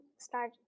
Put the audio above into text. start